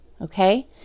okay